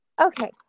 Okay